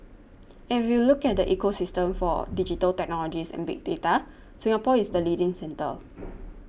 and if you look at the ecosystem for digital technologies and big data Singapore is the leading centre